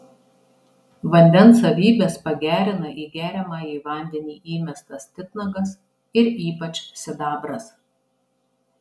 vandens savybes pagerina į geriamąjį vandenį įmestas titnagas ir ypač sidabras